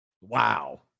Wow